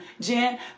Jen